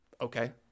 okay